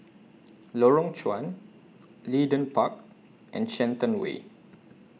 Lorong Chuan Leedon Park and Shenton Way